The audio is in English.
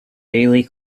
daily